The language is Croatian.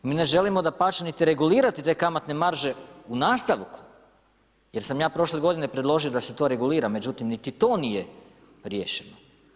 Mi ne želimo dapače niti regulirati te kamatne marže u nastavku jer sam ja prošle godine predložio da se to regulira međutim niti to nije riješeno.